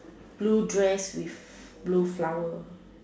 blue dress with blue flower